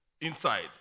inside